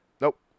Nope